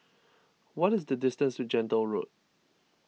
what is the distance to Gentle Road